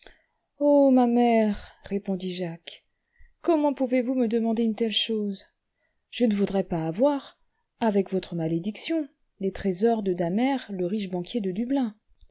oh ma mère répondit jacques comment pouiez vous me demander une telle chose je ne voudrais pas avoir avec votre malédiction les trésors de damer le riche banquier de dublin